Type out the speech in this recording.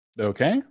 Okay